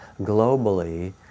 globally